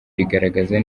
rigaragaza